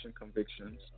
convictions